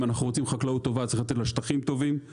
אם אנחנו רוצים חקלאות טובה צריך לתת לה שטחים טובים.